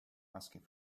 asking